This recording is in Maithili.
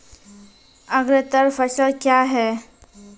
अग्रतर फसल क्या हैं?